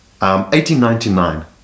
1899